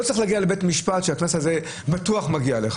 לא צריך להגיע לבית המשפט כשהקנס הזה בטוח מגיע לך,